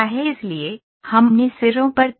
इसलिए हमने सिरों पर तय किया